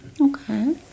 Okay